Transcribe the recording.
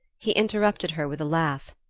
he interrupted her with a laugh.